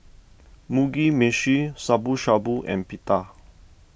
Mugi Meshi Shabu Shabu and Pita